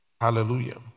Hallelujah